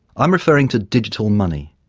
i'm referring to digital money,